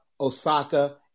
Osaka